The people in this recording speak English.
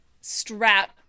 strap